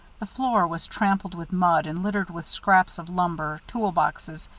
the floor was trampled with mud and littered with scraps of lumber, tool boxes,